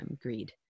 greed